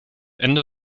ende